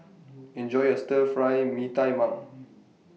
Enjoy your Stir Fry Mee Tai Mak